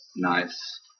Nice